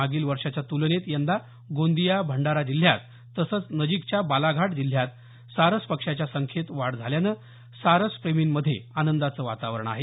मागील वर्षाच्या तुलनेत यंदा गोंदिया भंडारा जिल्ह्यात तसंच नजीकच्या बालाघाट जिल्ह्यात सारस पक्ष्याच्या संख्येत वाढ झाल्यानं सारस प्रेमींमध्ये आनंदाचं वातावरण आहे